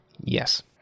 Yes